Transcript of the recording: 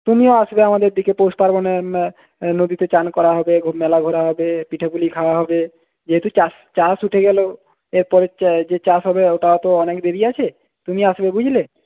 তুমি আসবে আমাদের দিকে পৌষ পার্বনে নদীতে চান করা হবে মেলা ঘোরা হবে পিঠেপুলি খাওয়া হবে যেহেতু চাষ চাষ উঠে গেলো এরপর যে চাষ হবে ওটাতো অনেক দেরি আছে তুমি আসবে বুঝলে